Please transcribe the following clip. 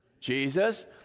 Jesus